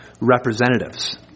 representatives